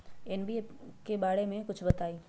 NPK बारे म कुछ बताई?